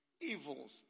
Evils